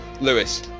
Lewis